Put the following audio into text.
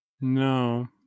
No